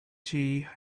tea